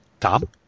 Tom